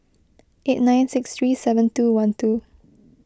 eight nine six three seven two one two